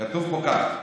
כתוב פה כך: